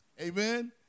Amen